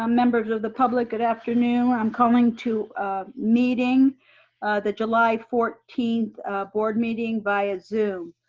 ah members of the public. good afternoon, i'm calling to meeting the july fourteenth board meeting via zoom.